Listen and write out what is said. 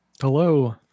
Hello